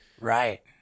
right